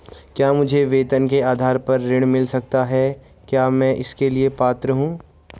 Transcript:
क्या मुझे वेतन के आधार पर ऋण मिल सकता है क्या मैं इसके लिए पात्र हूँ?